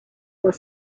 were